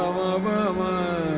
la la